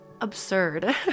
absurd